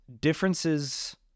differences